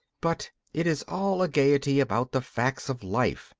but it is all a gaiety about the facts of life,